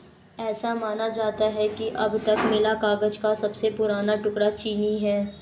ऐसा माना जाता है कि अब तक मिला कागज का सबसे पुराना टुकड़ा चीनी है